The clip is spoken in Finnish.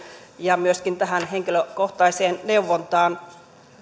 ja myöskin henkilökohtaiseen neuvontaan